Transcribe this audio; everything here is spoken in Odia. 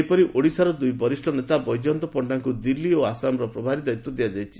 ସେହିପରି ଓଡ଼ିଶାର ଦୁଇ ବରିଷ୍ ନେତା ବୈଜୟନ୍ତ ପଣ୍ଣାଙ୍କୁ ଦିଲ୍ଲୀ ଓ ଆସାମର ପ୍ରଭାରୀ ଦାୟିତ୍ୱ ଦିଆଯାଇଛି